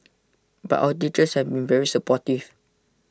but our teachers have been very supportive